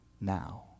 now